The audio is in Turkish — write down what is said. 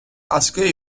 asgari